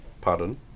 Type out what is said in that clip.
Pardon